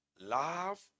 love